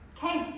Okay